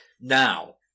now